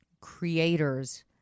creators